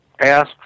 ask